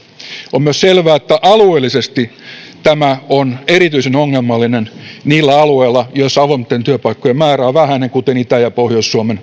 on myös selvää että alueellisesti tämä on erityisen ongelmallinen niillä alueilla missä avointen työpaikkojen määrä on vähäinen kuten itä ja pohjois suomen